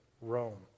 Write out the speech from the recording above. Rome